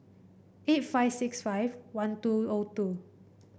eight five six five one two O two